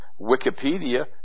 Wikipedia